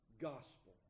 gospel